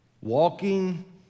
Walking